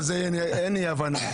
לא, על זה אין אי הבנה.